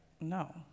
no